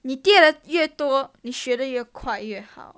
你跌得越多你学得越快越好